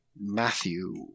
Matthew